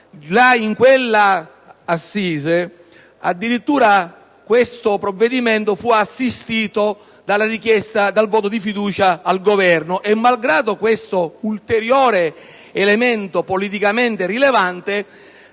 In quella assise, addirittura, questo provvedimento è stato assistito dal voto di fiducia richiesto dal Governo; malgrado questo ulteriore elemento politicamente rilevante,